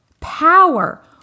power